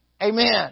Amen